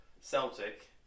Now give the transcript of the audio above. Celtic